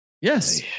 Yes